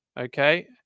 Okay